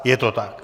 Je to tak.